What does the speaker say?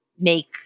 make